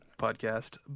podcast